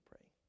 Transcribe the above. pray